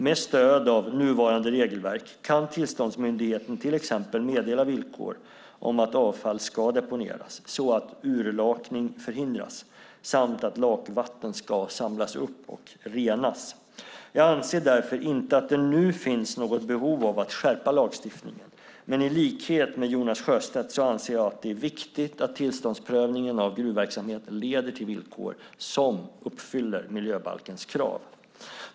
Med stöd av nuvarande regelverk kan tillståndsmyndigheten till exempel meddela villkor om att avfall ska deponeras så att utlakning förhindras samt att lakvatten ska samlas upp och renas. Jag anser därför inte att det nu finns något behov av att skärpa lagstiftningen. Men i likhet med Jonas Sjöstedt anser jag att det är viktigt att tillståndsprövningen av gruvverksamhet leder till villkor som uppfyller miljöbalkens krav.